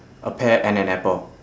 a pear and an apple